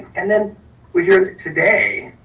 and then we're here today,